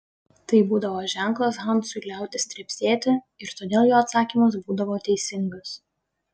tai būdavo ženklas hansui liautis trepsėti ir todėl jo atsakymas būdavo teisingas